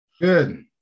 Good